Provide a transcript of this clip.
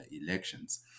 elections